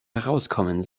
herauskommen